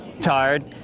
tired